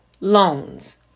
loans